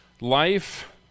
life